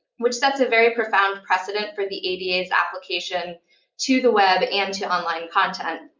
which sets a very profound precedent for the ada's application to the web and to online content,